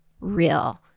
real